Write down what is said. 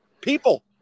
people